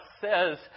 says